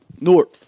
Newark